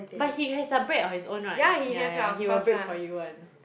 but he has a brake on his own right yeah yeah he will brake for you [one]